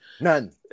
None